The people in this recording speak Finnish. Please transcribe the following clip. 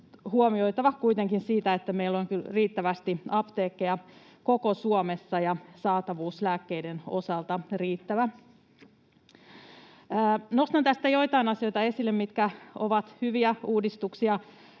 huomioitava kuitenkin se, että meillä on riittävästi apteekkeja koko Suomessa ja riittävä saatavuus lääkkeiden osalta. Nostan tästä esille joitain asioita, mitkä ovat hyviä uudistuksia.